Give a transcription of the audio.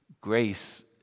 Grace